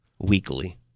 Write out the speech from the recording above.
Weekly